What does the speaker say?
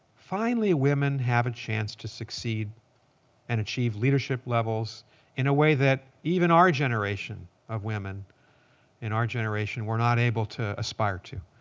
finally, women have a chance to succeed and achieve leadership levels in a way that even our generation of women in our generation were not able to aspire to.